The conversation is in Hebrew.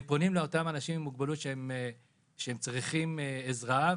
הם פונים לאותם אנשים עם מוגבלות שצריכים עזרה,